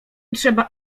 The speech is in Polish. trzeba